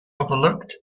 overlooked